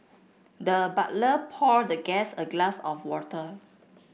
the butler poured the guest a glass of water